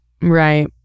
Right